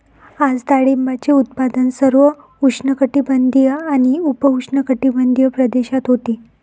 आज डाळिंबाचे उत्पादन सर्व उष्णकटिबंधीय आणि उपउष्णकटिबंधीय प्रदेशात होते